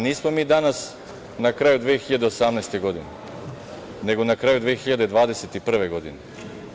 Nismo mi danas na kraju 2018. godine, nego na kraju 2021. godine.